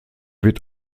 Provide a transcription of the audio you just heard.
wird